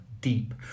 deep